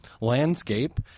landscape